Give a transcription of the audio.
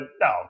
no